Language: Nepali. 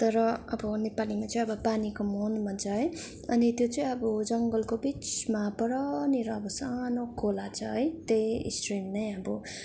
तर अब नेपालीमा चाहिँ अब पानीको मुहान भन्छ है अनि त्यो चाहिँ अब जङ्गलको बिचमा परनिर अब सानो खोला छ है त्यही स्ट्रिम नै आबो